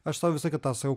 aš sau visą kitą tą sakau